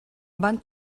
van